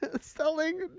selling